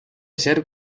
ser